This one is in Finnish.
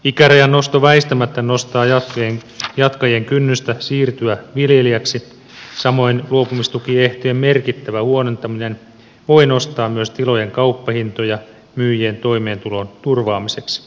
ikärajan nosto väistämättä nostaa jatkajien kynnystä siirtyä viljelijöiksi samoin luopumistukiehtojen merkittävä huonontaminen voi nostaa myös tilojen kauppahintoja myyjien toimeentulon turvaamiseksi